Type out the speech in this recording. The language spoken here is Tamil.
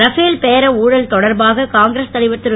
ரஃபேல் பேர ஊழல் தொடர்பாக காங்கிரஸ் தலைவர் திரு